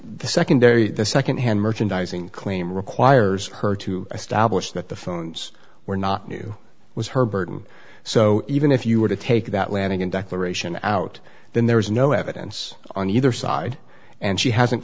the secondary the secondhand merchandising claim requires her to establish that the phones were not new it was her burden so even if you were to take that landing in declaration out then there was no evidence on either side and she hasn't